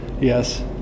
yes